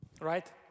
right